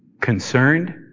Concerned